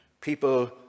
people